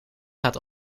gaat